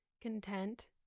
content